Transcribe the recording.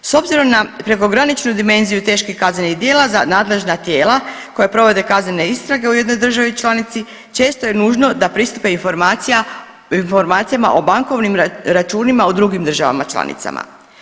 S obzirom na prekograničnu dimenziju teških kaznenih djela za nadležna tijela koja provode kaznene istrage u jednoj državi članici često je nužno da pristupe informacijama o bankovnim računima u drugim državama članicama.